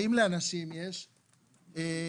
האם לאנשים יש נגישות,